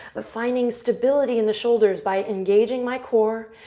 but finding stability in the shoulders by engaging my core,